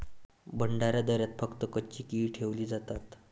भंडारदऱ्यात फक्त कच्ची केळी ठेवली जातात